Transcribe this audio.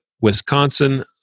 Wisconsin